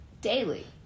daily